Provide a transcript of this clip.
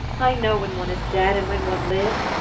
i know when one is dead, and when one lives.